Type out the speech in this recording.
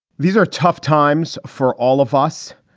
these are tough times for all of us,